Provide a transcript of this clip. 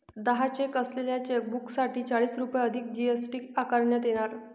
दहा चेक असलेल्या चेकबुकसाठी चाळीस रुपये अधिक जी.एस.टी आकारण्यात येणार